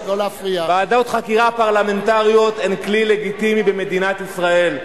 ועדות חקירה פרלמנטריות הן כלי לגיטימי במדינת ישראל.